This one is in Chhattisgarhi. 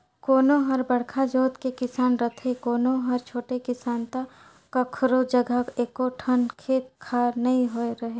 कोनो हर बड़का जोत के किसान रथे, कोनो हर छोटे किसान त कखरो जघा एको ठन खेत खार नइ रहय